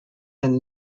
and